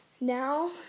Now